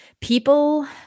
People